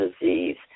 disease